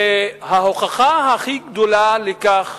וההוכחה הכי גדולה לכך